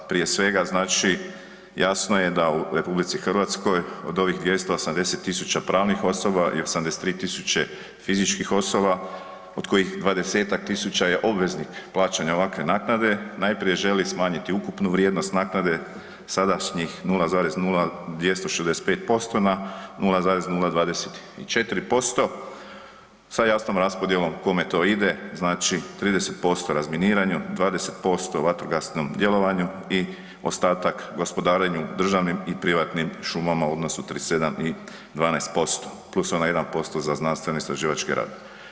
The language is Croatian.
Prije svega, jasno je da u RH od ovih 280.000 pravnih osoba i 83.000 fizičkih osoba od kojih 20-ak tisuća je obveznik plaćanja ovakve naknade, najprije želi smanjiti ukupnu vrijednost naknade sadašnjih 0,0265% na 0,024% sa raspodjelom kome to ide, znači 30% razminiranju, 20% vatrogasnom djelovanju i ostatak gospodarenju državnim i privatnim šumama u odnosu 37 i 12%, plus onaj 1% za znanstveno istraživački rad.